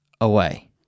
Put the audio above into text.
away